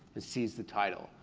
and sees the title.